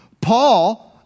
Paul